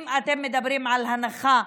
אם אתם מדברים על הנחה,